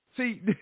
See